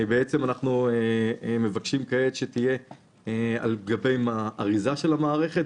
אנחנו מבקשים כעת שתהיה על גבי האריזה של המערכת,